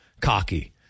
cocky